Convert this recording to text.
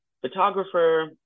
photographer